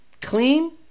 clean